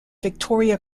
victoria